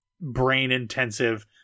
brain-intensive